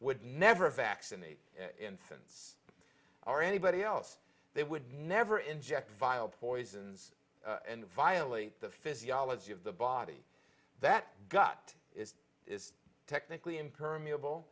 would never vaccinate infants or anybody else they would never inject vial poisons and violate the physiology of the body that gut it is technically imperm